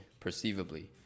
perceivably